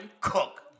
Cook